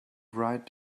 write